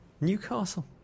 Newcastle